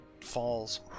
falls